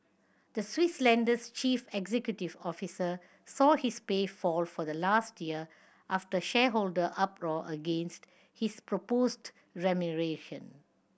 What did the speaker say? the Swiss lender's chief executive officer saw his pay fall for last year after shareholder uproar against his proposed remuneration